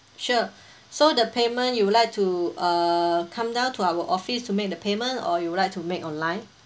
sure so the payment you would like to uh come down to our office to make the payment or you would like to make online